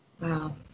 Wow